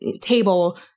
table